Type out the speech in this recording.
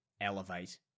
elevate